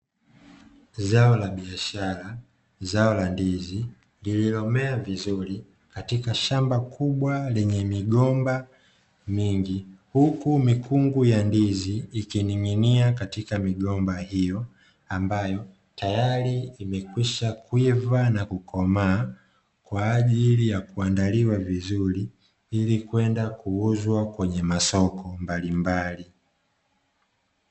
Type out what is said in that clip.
Zao la biashara zao la ndizi lililomea vizuri katika shamba kubwa lenye migomba mingi, huku mikungu ya ndizi ikining'inia katika migomba hiyo ambayo tayari imekwisha kuivaa na kukomaa, kwa ajili ya kuandaliwa vizuri ili kwenda kuuzwa kwenye masoko mbalimbali.